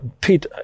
Pete